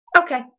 okay